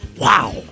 Wow